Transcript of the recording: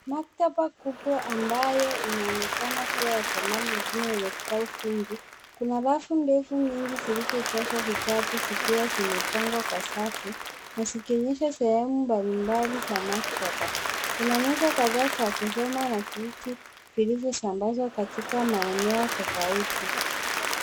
Maktaba kubwa ambayo inaonekana kuwa ya zamani lakini yenye vitabu vingi ,kuna rafu ndefu nyingi zilizojazwa vitabu zikiwa zimepangwa kwa safu na zikionyesha sehemu mbalimbali za maktaba ,kuna meza kadhaa za kusoma na viti vilivyosambazwa katika maeneo tofauti.